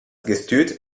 gestüt